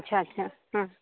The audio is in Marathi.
अच्छा अच्छा हा